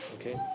Okay